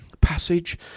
passage